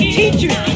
teachers